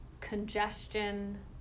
congestion